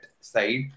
side